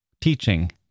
Teaching